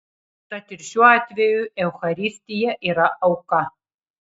tad ir šiuo atveju eucharistija yra auka